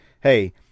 hey